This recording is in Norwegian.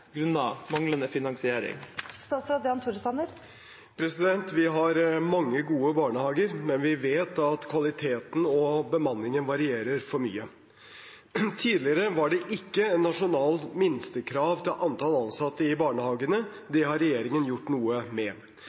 manglende finansiering?» Vi har mange gode barnehager, men vi vet at kvaliteten og bemanningen varierer for mye. Tidligere var det ikke et nasjonalt minstekrav til antall ansatte i barnehagene, det har regjeringen gjort noe med.